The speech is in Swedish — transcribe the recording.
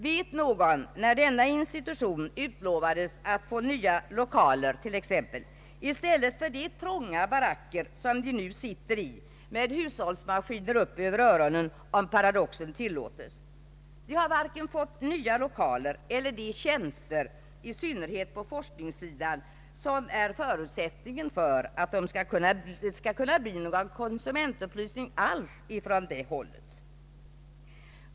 Det är länge sedan som denna institution utlovades att få t.ex. nya lokaler i stället för de trånga baracker som man nu sitter i med hushållsmaskiner upp över öronen, om paradoxen tillåtes. Man har varken fått de nya lokaler eller de tjänster, i synnerhet på forskningssidan, som är förutsättningen för att det skall kunna bli någon konsumentupplysning alls från det hållet.